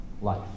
life